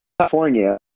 California